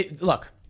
look